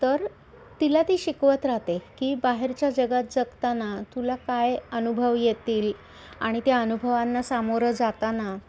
तर तिला ती शिकवत राहते की बाहेरच्या जगात जगताना तुला काय अनुभव येतील आणि त्या अनुभवांना सामोरं जाताना